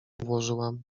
włożyłam